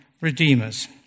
redeemers